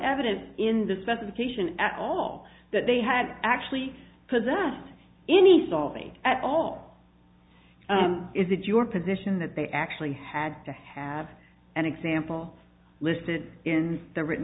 evidence in the specification at all that they had actually present any salvi at all is it your position that they actually had to have an example listed in the written